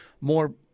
more